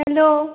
hello